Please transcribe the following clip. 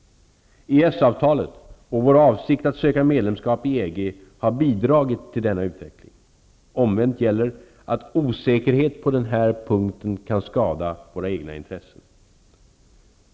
EES-avtalet och vår avsikt att söka medlemskap i EG har bidragit till denna utveckling. Omvänt gäller att osäkerhet på den här punkten kan skada våra egna intressen.